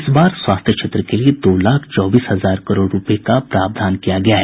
इस बार स्वास्थ्य क्षेत्र के लिए दो लाख चौबीस हजार करोड़ रूपये का प्रावधान किया गया है